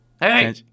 hey